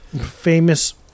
famous